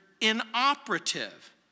inoperative